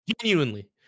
Genuinely